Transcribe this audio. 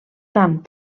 tant